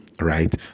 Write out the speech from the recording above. right